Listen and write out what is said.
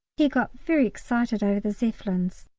he got very excited over the zeppelins.